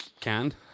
canned